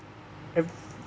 ev~